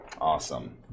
Awesome